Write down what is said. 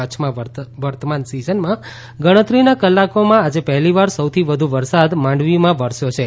કચ્છમાં વર્તમાન સીઝનમાં ગણતરીના કલાકોમાં આજે પહેલીવાર સૌથી વધુ વરસાદ માંડવીમાં વરસ્યો છે